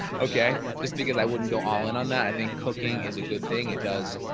okay, just because i wouldn't go all in on that. i think cooking is a good thing. it does.